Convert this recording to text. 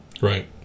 right